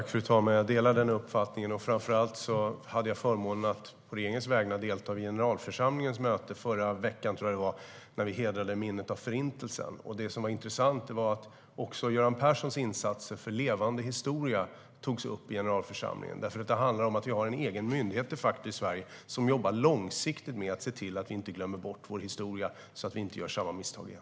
Fru talman! Jag delar den uppfattningen. Framför allt hade jag förmånen att på regeringens vägnar delta i generalförsamlingens möte i förra veckan, när vi hedrade minnet av Förintelsen. Intressant var att Göran Perssons insatser för levande historia togs upp i generalförsamlingen. Det handlar om att vi i Sverige faktiskt har en egen myndighet som jobbar långsiktigt med att se till att vi inte gömmer bort vår historia, så att vi inte gör samma misstag igen.